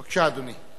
בבקשה, אדוני.